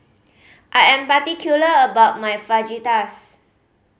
I am particular about my Fajitas